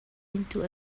into